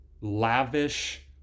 lavish